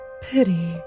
Pity